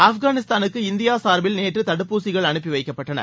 ஆப்கானிஸ்தானுக்கு இந்தியா சார்பில் நேற்று தடுப்பூசிகள் அனுப்பி வைக்கப்பட்டன